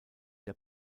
der